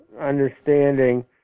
understanding